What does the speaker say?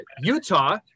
Utah